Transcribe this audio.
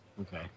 Okay